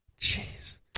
Jeez